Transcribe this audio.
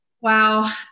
Wow